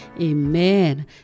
Amen